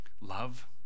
love